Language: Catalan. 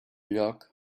lloc